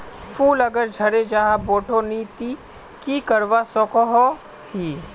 फूल अगर झरे जहा बोठो नी ते की करवा सकोहो ही?